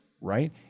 right